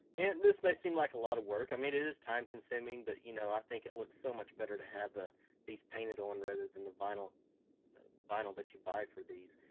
and this might seem like a lot of work, i mean it is time-consuming, but you know i think it looks so much better to have ah these painted on rather than the vinyl vinyl that you buy for these.